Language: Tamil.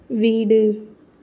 வீடு